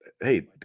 Hey